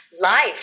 Life